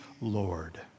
Lord